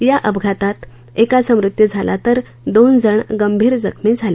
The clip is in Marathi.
या अपघातात एकाचा मृत्यू झाला तर दोन जण गंभीर जखमी झाले